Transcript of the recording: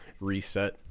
reset